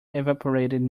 evaporated